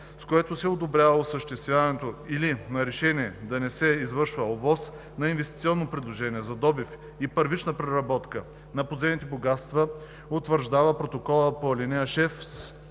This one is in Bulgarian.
с което се одобрява осъществяването, или на решение да не се извършва ОВОС на инвестиционното предложение за добив и първична преработка на подземните богатства, утвърждава протокола по ал. 6,